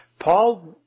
Paul